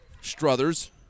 Struthers